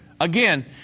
Again